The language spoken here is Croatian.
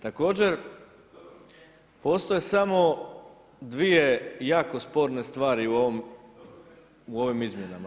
Također, postoje samo dvije jako spone stvari u ovim izmjenama.